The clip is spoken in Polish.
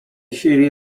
chwili